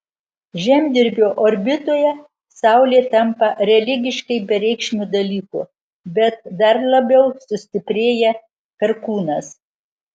žemdirbio orbitoje saulė tampa religiškai bereikšmiu dalyku bet dar labiau sustiprėja perkūnas